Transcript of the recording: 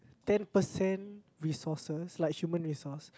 ten percent resources like human resource